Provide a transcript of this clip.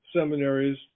seminaries